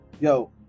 Yo